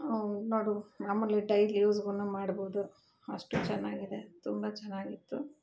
ನೋಡು ನಮ್ಮಲ್ಲಿ ಡೈಲಿ ಯೂಸ್ಗು ಮಾಡ್ಬೋದು ಅಷ್ಟು ಚೆನ್ನಾಗಿದೆ ತುಂಬ ಚೆನ್ನಾಗಿತ್ತು